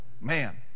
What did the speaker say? man